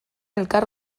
elkar